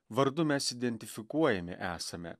vardu mes identifikuojami esame